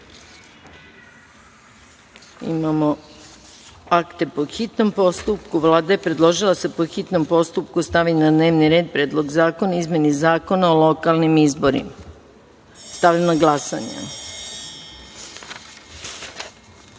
akte po hitnom postupku. Vlada je predložila da se po hitnom postupku stavi na dnevni red Predlog zakona o izmeni Zakona o lokalnim izborima. Stavljam na glasanje